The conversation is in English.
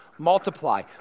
multiply